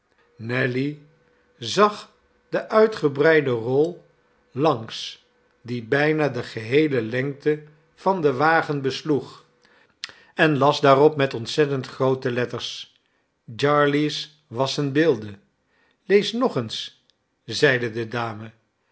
nelly zag de uitgebreide rol langs die bijna de geheele lengte van den wagen besloeg en las daarop met ontzettend groote letters jarley's wassen beelden lees nog eens zeide de dame